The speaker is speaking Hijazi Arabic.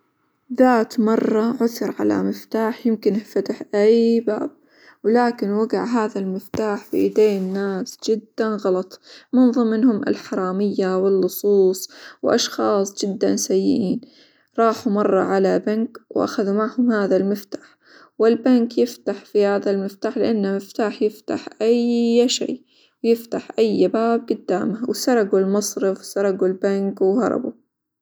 ذات مرة عثر على مفتاح يمكنه فتح أي باب، ولكن وقع هذا المفتاح في إيدين ناس جدًا غلط، من ظمنهم الحرامية، واللصوص وأشخاص جدًا سيئين، راحوا مرة على بنك، وأخذوا معهم هذا المفتاح، والبنك يفتح فيه هذا المفتاح لإنه مفتاح يفتح أي شي، يفتح أي باب قدامه، وسرقوا المصرف، وسرقوا البنك، وهربوا.